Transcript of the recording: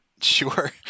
Sure